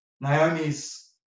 Naomi's